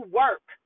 work